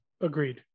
Agreed